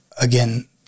Again